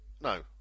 No